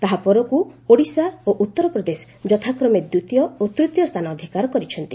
ତାହାପରକୁ ଓଡ଼ିଶା ଓ ଉତ୍ତର ପ୍ରଦେଶ ଯଥାକ୍ରମେ ଦ୍ୱିତୀୟ ଓ ତୂତୀୟ ସ୍ଥାନ ଅଧିକାର କରିଛନ୍ତି